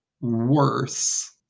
worse